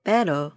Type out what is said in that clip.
Pero